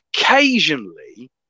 occasionally